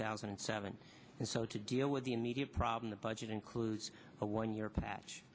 thousand and seven and so to deal with the immediate problem the budget includes a one year patch